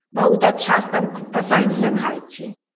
बहुत अच्छासँ तब खू पसन्दसँ खाइ छै